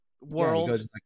World